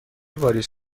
واریز